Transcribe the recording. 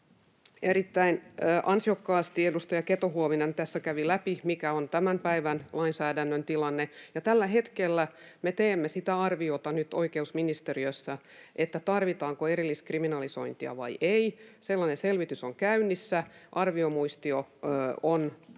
Erittäin ansiokkaasti edustaja Keto-Huovinen tässä kävi läpi, mikä on tämän päivän lainsäädännön tilanne. Tällä hetkellä me teemme sitä arviota nyt oikeusministeriössä, että tarvitaanko erilliskriminalisointia vai ei. Sellainen selvitys on käynnissä. Arviomuistio on kohta